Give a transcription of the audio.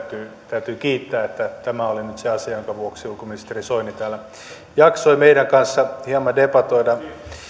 täytyy kiittää että tämä oli nyt se asia jonka vuoksi ulkoministeri soini täällä jaksoi meidän kanssamme hieman debatoida